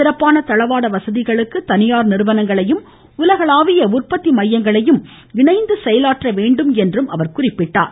சிறப்பான தளவாட வசதிகளுக்கு தனியார் நிறுவனங்களையும் உலகளாவிய உற்பத்தி மையங்களையும் இணைத்து செயலாற்ற வேண்டும் என்றும் அவர் கூறினார்